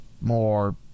more